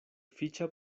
ficha